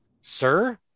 Sir